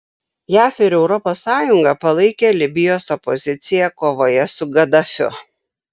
jav ir europos sąjunga palaikė libijos opoziciją kovoje su gadafiu